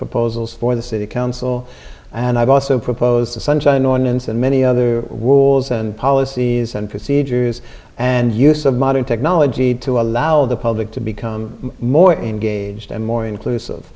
for poses for the city council and i've also proposed the sunshine ordinance and many other rules and policies and procedures and use of modern technology to allow the public to become more engaged and more inclusive